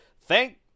thank